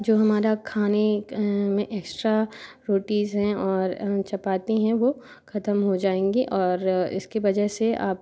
जो हमारा खाने क में एक्स्ट्रा रोटीज़ हैं और चपाती हैं वो खत्म हो जाएंगे और इसके वजह से आप